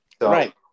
Right